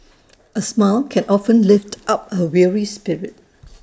A smile can often lift up A weary spirit